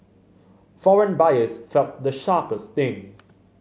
foreign buyers felt the sharpest sting